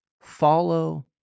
Follow